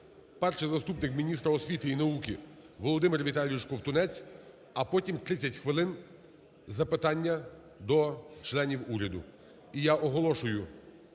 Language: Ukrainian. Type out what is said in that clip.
перший заступник міністра освіти і науки Володимир Віталійович Ковтунець, а потім 30 хвилин запитання до членів уряду. І я оголошую